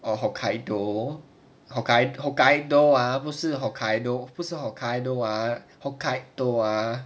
oh hokkaido hokkaido hokkaido ha 不是 hokkaido 不是 hokkaido ah hokkaido ah